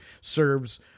serves